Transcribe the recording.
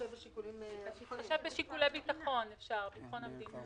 אפשר בהתחשב בשיקולי ביטחון המדינה.